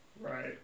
Right